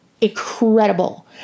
incredible